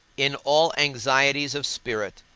in all anxieties of spirit,